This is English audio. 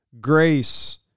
grace